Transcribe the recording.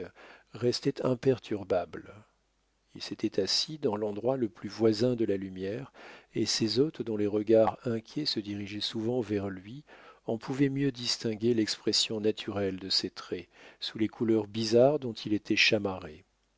restait imperturbable il s'était assis dans l'endroit le plus voisin de la lumière et ses hôtes dont les regards inquiets se dirigeaient souvent vers lui en pouvaient mieux distinguer l'expression naturelle de ses traits sous les couleurs bizarres dont il était chamarré